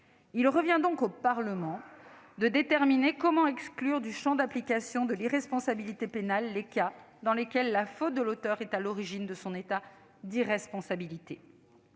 Il revient donc au Parlement de déterminer comment exclure du champ d'application de l'irresponsabilité pénale les cas dans lesquels la faute de l'auteur est à l'origine de son état d'irresponsabilité.